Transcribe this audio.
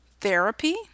therapy